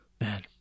Man